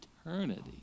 eternity